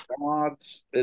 God's